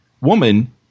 woman